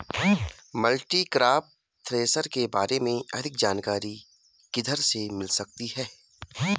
Multicrop thresher के बारे में अधिक जानकारी किधर से मिल सकती है?